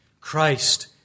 Christ